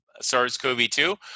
SARS-CoV-2